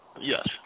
Yes